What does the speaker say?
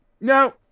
No